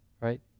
right